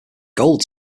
gold